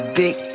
dick